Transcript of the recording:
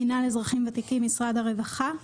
מינהל אזרחים ותיקים משרד הרווחה.